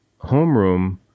homeroom